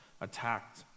attacked